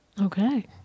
Okay